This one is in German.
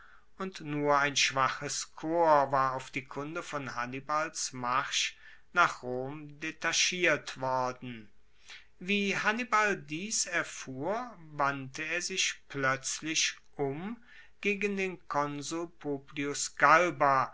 und nur ein schwaches korps war auf die kunde von hannibals marsch nach rom detachiert worden wie hannibal dies erfuhr wandte er sich ploetzlich um gegen den konsul publius galba